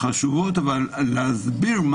רוצה להסביר.